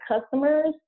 customers